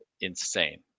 insane